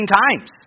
times